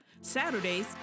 Saturdays